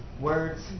words